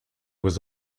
was